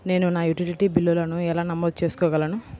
నేను నా యుటిలిటీ బిల్లులను ఎలా నమోదు చేసుకోగలను?